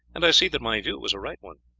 and i see that my view was a right one.